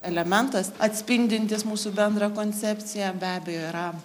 elementas atspindintis mūsų bendrą koncepciją be abejo yra